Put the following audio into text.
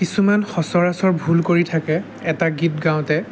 কিছুমান সচৰাচৰ ভুল কৰি থাকে এটা গীত গাওঁতে